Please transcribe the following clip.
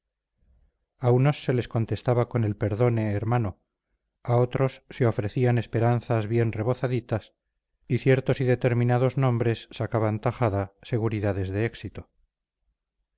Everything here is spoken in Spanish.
a unos se les contestaba con el perdone hermano a otros se ofrecían esperanzas bien rebozaditas y ciertos y determinados nombres sacaban tajada seguridades de éxito